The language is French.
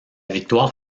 victoire